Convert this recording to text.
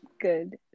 good